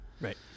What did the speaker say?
Right